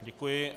Děkuji.